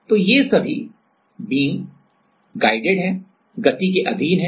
तो ये सभी बीम गाइडेड गति के अधीन हैं